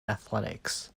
athletics